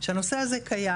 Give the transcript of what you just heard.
שהנושא הזה קיים,